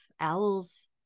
owls